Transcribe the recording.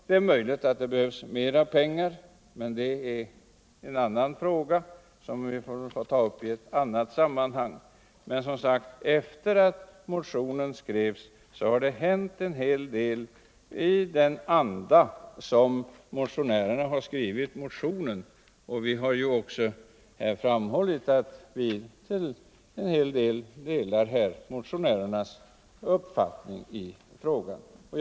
Det är möjligt att det behövs mer pengar, men det är en fråga som vi får ta upp i ett annat sammanhang. Efter det att motionen skrevs har det hänt en hel del i motionens anda. Vi har också framhållit att vi till viss del delar motionärernas uppfattning i den här frågan.